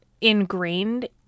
ingrained